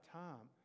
time